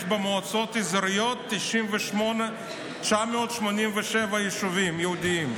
יש במועצות האזוריות 987 יישובים יהודיים,